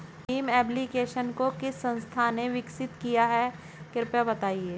Bhim application को किस संस्था ने विकसित किया है कृपया बताइए?